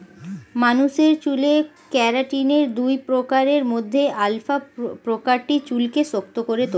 মানুষের চুলে কেরাটিনের দুই প্রকারের মধ্যে আলফা প্রকারটি চুলকে শক্ত করে তোলে